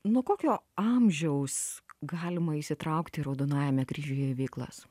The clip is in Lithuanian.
nuo kokio amžiaus galima įsitraukti raudonajame kryžiuje į veiklas